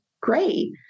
great